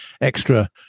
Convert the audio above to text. extra